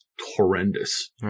horrendous